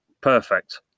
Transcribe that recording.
perfect